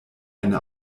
eine